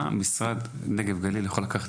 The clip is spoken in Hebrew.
מה המשרד לפיתוח הנגב והגליל יכול לקחת